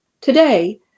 Today